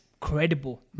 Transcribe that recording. Credible